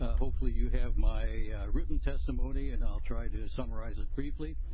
ah hopefully you have my written testimony and i'll try to summarize it briefly.